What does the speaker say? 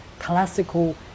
classical